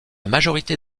majorité